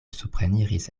supreniris